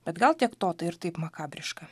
bet gal tiek to tai ir taip makabriška